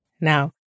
Now